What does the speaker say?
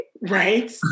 Right